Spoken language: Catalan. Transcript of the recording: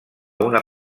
una